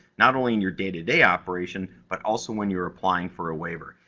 not only in your day-to-day operation, but also when you're applying for a waiver.